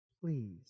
Please